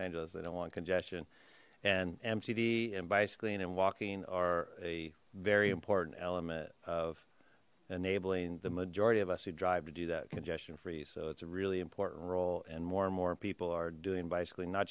angeles they don't want congestion and mtd and bicycling and walking are a very important element of enabling the majority of us who drive to do that congestion free so it's a really important role and more and more people are doing bicycling not